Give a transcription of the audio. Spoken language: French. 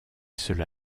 cela